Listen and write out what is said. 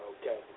Okay